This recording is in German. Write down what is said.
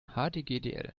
hdgdl